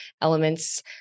Elements